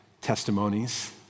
testimonies